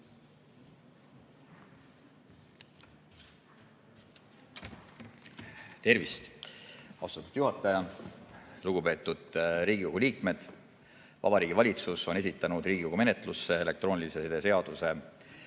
Tervist, austatud juhataja ja lugupeetud Riigikogu liikmed! Vabariigi Valitsus on esitanud Riigikogu menetlusse elektroonilise side seaduse,